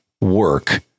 work